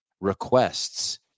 requests